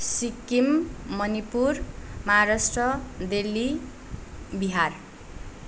Sikkim Manipur Maharashtra Delhi Bihar